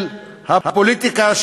של הפוליטיקה,